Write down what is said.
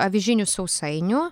avižinių sausainių